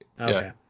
Okay